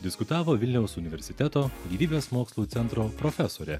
diskutavo vilniaus universiteto gyvybės mokslų centro profesorė